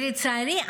לצערי,